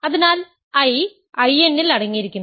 അതിനാൽ I In ൽ അടങ്ങിയിരിക്കുന്നു